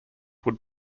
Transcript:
would